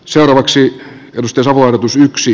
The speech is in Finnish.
seuraavaksi jos tasoitus yksi